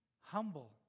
humble